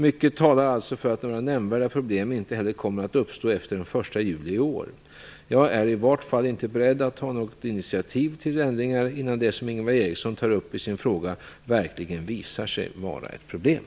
Mycket talar alltså för att några nämnvärda problem inte heller kommer att uppstå efter den 1 juli i år. Jag är i vart fall inte beredd att ta något initiativ till ändringar innan det som Ingvar Eriksson tar upp i sin fråga verkligen visar sig vara ett problem.